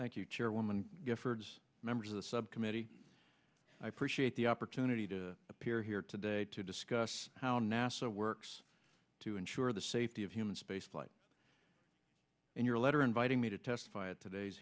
thank you chairwoman giffords members of the subcommittee i appreciate the opportunity to appear here today to discuss how nasa works to ensure the safety of human spaceflight and your letter inviting me to testify at today's